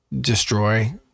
Destroy